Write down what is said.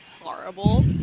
horrible